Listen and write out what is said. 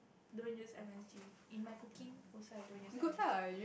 don't use M_S_G in my cooking also I don't use M_S_G